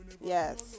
yes